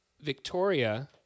Victoria